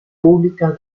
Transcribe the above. pública